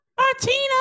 Martina